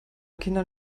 kindern